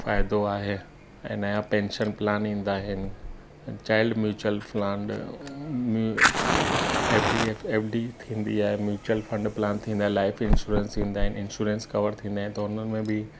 फ़ाइदो आहे ऐं नया पैंशन प्लान ईंदा आहिनि ऐं child mutual fund F D F F D थींदी आहे म्यूचुअल फंड प्लान थींदा लाइफ इंश्योरेंस थींदा आहिनि इंश्योरेंस कवर थींदा आहिनि त उन्हनि में बि